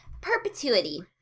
Perpetuity